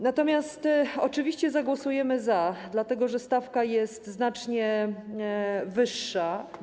Natomiast oczywiście zagłosujemy za, dlatego że stawka jest znacznie wyższa.